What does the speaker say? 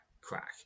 crack